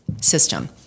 system